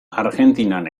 argentinan